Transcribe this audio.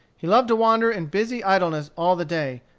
he loved to wander in busy idleness all the day,